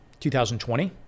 2020